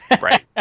Right